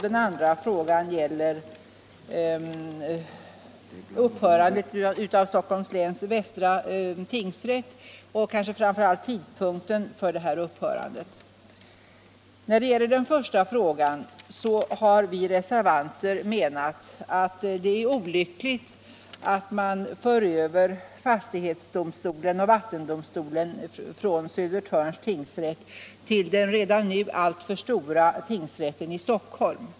Den andra punkten gäller upphörandet av Stockholms läns västra tingsrätt och kanske framför allt tidpunkten för detta upphörande. När det gäller den första frågan menar vi reservanter att det är olyckligt att man för över fastighetsdomstolen och vattendomstolen från Södertörns tingsrätt till den redan nu alltför stora tingsrätten i Stockholm.